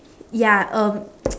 ya um